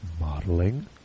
modeling